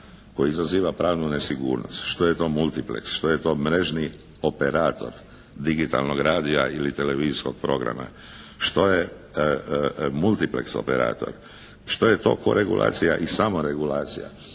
koji izaziva pravnu nesigurnost, što je to multiplex, što je to mrežni operator digitalnog radija ili televizijskog programa, što je multiplex operator, što je to koregulacija i samoreguliacija.